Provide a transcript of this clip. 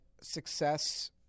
success